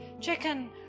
chicken